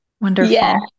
Wonderful